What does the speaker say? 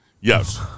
yes